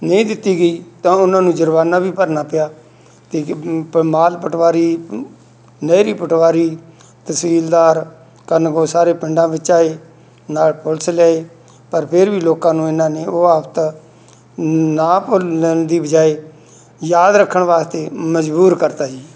ਨਹੀਂ ਦਿੱਤੀ ਗਈ ਤਾਂ ਉਹਨਾਂ ਨੂੰ ਜੁਰਮਾਨਾ ਵੀ ਭਰਨਾ ਪਿਆ ਅਤੇ ਮ ਮਾਲ ਪਟਵਾਰੀ ਨਹਿਰੀ ਪਟਵਾਰੀ ਤਹਿਸੀਲਦਾਰ ਕਨਗੋ ਸਾਰੇ ਪਿੰਡਾਂ ਵਿੱਚ ਆਏ ਨਾਲ ਪੁਲਿਸ ਲਿਆਏ ਪਰ ਫਿਰ ਵੀ ਲੋਕਾਂ ਨੂੰ ਇਹਨਾਂ ਨੇ ਉਹ ਆਫਤ ਨਾ ਭੁੱਲਣ ਦੀ ਬਜਾਏ ਯਾਦ ਰੱਖਣ ਵਾਸਤੇ ਮਜ਼ਬੂਰ ਕਰਤਾ ਜੀ